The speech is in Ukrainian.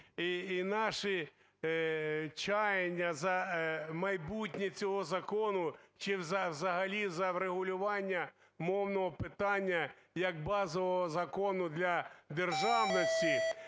і наші чаяння за майбутнє цього закону чи взагалі за врегулювання мовного питання як базового закону для державності,